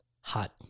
hot